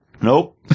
Nope